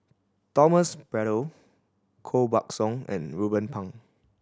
Thomas Braddell Koh Buck Song and Ruben Pang